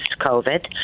COVID